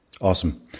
Awesome